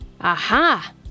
Aha